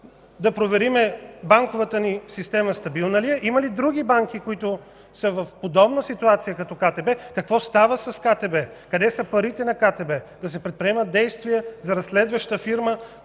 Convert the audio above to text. да проверим банковата ни система стабилна ли е, има ли други банки, които са в подобна ситуация, като КТБ, какво става с КТБ, къде са парите на КТБ, да се предприемат действия за разследваща фирма,